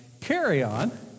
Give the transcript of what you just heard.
carry-on